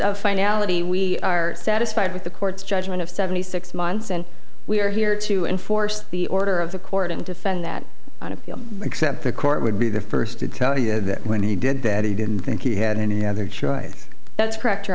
of finality we are satisfied with the court's judgment of seventy six months and we are here to enforce the order of the court and defend that on appeal except the court would be the first to tell you that when he did that he didn't think he had any other choice that